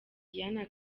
diana